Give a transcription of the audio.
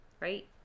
right